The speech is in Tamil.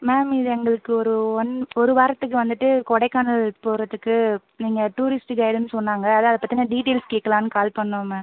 மேம் இது எங்களுக்கு ஒரு ஒன் ஒரு வாரத்துக்கு வந்துட்டு கொடைக்கானல் போகிறத்துக்கு நீங்கள் டூரிஸ்ட்டு கைடுனு சொன்னாங்க அதுதான் அதைப் பற்றின டீட்டெய்ல்ஸ் கேட்கலானு கால் பண்ணிணோம் மேம்